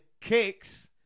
kicks